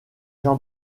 jean